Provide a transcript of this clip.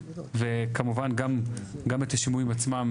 וכמובן גם את השימועים עצמם,